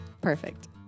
perfect